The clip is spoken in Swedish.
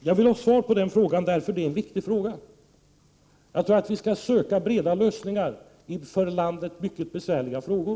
Jag vill ha svar på frågan, för den är viktig. Jag tror att vi skall söka breda lösningar i för landet mycket besvärliga frågor.